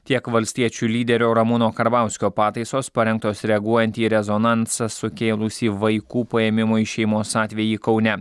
tiek valstiečių lyderio ramūno karbauskio pataisos parengtos reaguojant į rezonansą sukėlusį vaikų paėmimo iš šeimos atvejį kaune